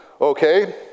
Okay